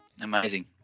Amazing